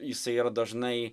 jisai yra dažnai